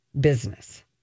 business